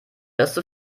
beste